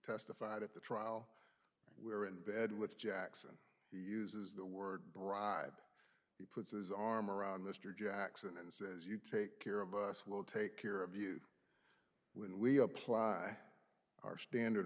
testified at the trial where in bed with jackson he uses the word bribe he puts his arm around mr jackson and says you take care of us we'll take care of you when we apply our standard